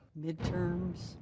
Midterms